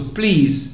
please